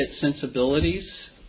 sensibilities